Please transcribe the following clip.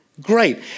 great